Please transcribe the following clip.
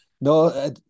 no